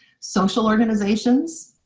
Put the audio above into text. social organizations,